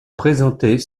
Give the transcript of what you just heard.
présentés